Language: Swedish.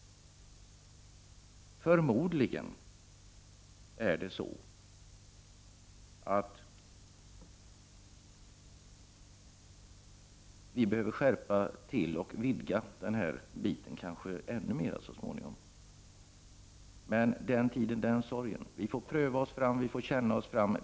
Förmodligen behöver vi skärpa och vidga den här biten ännu mer så småningom. Men den tiden, den sorgen. Vi får pröva oss fram, känna oss fram.